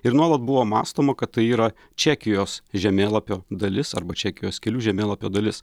ir nuolat buvo mąstoma kad tai yra čekijos žemėlapio dalis arba čekijos kelių žemėlapio dalis